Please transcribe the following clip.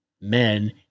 men